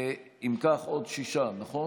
אם כך, עוד שישה, נכון?